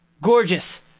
gorgeous